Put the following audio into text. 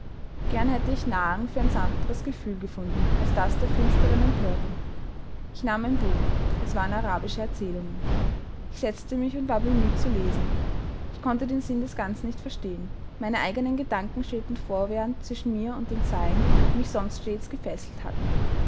gern hätte ich nahrung für ein sanfteres gefühl gefunden als das der finsteren empörung ich nahm ein buch es waren arabische erzählungen ich setzte mich und war bemüht zu lesen ich konnte den sinn des ganzen nicht verstehen meine eigenen gedanken schwebten fortwährend zwischen mir und den zeilen die mich sonst stets gefesselt hatten